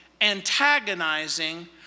antagonizing